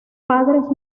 padres